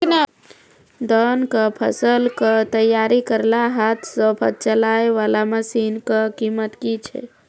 धान कऽ फसल कऽ तैयारी करेला हाथ सऽ चलाय वाला मसीन कऽ कीमत की छै?